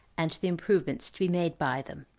and to the improvement to be made by them.